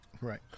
Right